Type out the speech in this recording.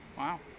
Wow